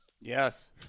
Yes